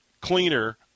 Cleaner